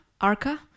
Arca